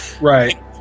right